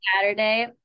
Saturday